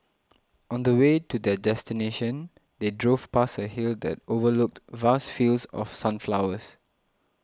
on the way to their destination they drove past a hill that overlooked vast fields of sunflowers